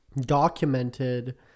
documented